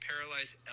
paralyzed